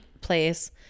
place